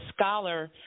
scholar